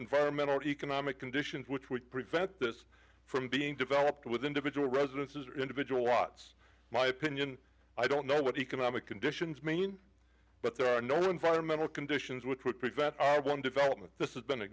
environmental and economic conditions which would prevent this from being developed with individual residences or individual lots my opinion i don't know what economic conditions mean but there are no environmental conditions which would prevent them development this is been